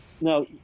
now